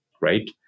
right